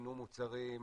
שינו מוצרים,